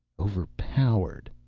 overpowered?